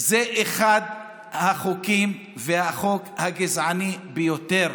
זה אחד החוקים והחוק הגזעני ביותר,